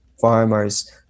farmers